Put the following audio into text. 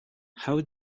how